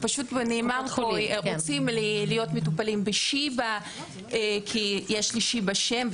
אבל כמו שנאמר פה כולם רוצים להיות מטופלים בשיבא כי יש לשיבא שם,